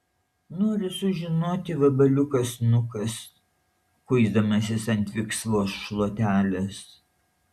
nori sužinoti vabaliukas nukas kuisdamasis ant viksvos šluotelės